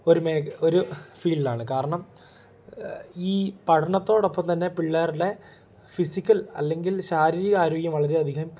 ഒരു മേഖല ഒരു ഫീൽഡാണ് കാരണം ഈ പഠനത്തോടൊപ്പം തന്നെ പിള്ളേരുടെ ഫിസിക്കൽ അല്ലെങ്കിൽ ശാരീരിക ആരോഗ്യം വളരെ അധികം